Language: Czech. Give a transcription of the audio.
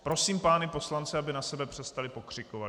Prosím pány poslance, aby na sebe přestali pokřikovat.